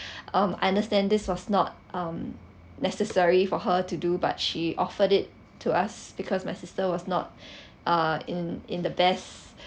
um I understand this was not um necessary for her to do but she offered it to us because my sister was not uh in in the best